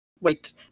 wait